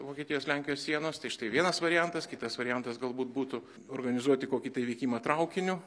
vokietijos lenkijos sienos tai štai vienas variantas kitas variantas galbūt būtų organizuoti kokį tai vykimą traukiniu